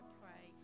pray